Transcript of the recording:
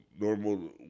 normal